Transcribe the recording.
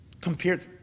compared